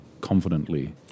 confidently